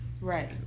Right